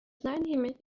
знаниями